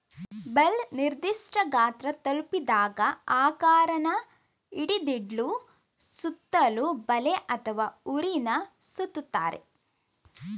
bale ನಿರ್ದಿಷ್ಠ ಗಾತ್ರ ತಲುಪಿದಾಗ ಆಕಾರನ ಹಿಡಿದಿಡ್ಲು ಸುತ್ತಲೂ ಬಲೆ ಅಥವಾ ಹುರಿನ ಸುತ್ತುತ್ತಾರೆ